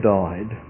died